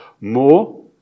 more